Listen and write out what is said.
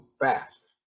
fast